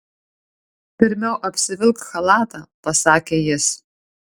pirmiau apsivilk chalatą pasakė jis